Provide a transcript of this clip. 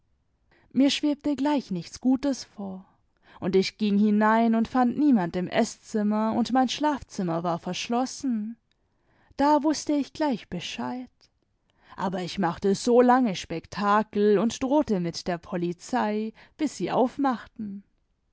mir schwebte gleich nichts gutes vor und ich ging hinein und fand niemand im eßzimmer und mein schlafzimmer war verschlossen da wußte ich gleich bescheid aber ich machte so lange spektakel und drohte mit der polizei bis sie aufmachten